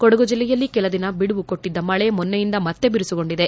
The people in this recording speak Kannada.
ಕೊಡಗು ಜಿಲ್ಲೆಯಲ್ಲಿ ಕೆಲ ದಿನ ಬಿಡುವು ಕೊಟ್ಟದ್ದ ಮಳೆ ಮೊನ್ನೆಯಿಂದ ಮತ್ತೆ ಬಿರುಸುಗೊಂಡಿದೆ